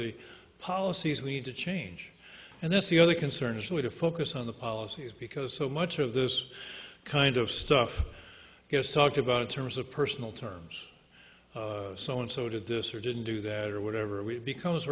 the policies we need to change and that's the other concern is with a focus on the policies because so much of this kind of stuff gets talked about in terms of personal terms so and so did this or didn't do that or whatever we become